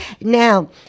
Now